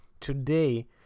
today